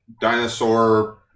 Dinosaur